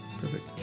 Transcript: Perfect